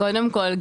קודם כול,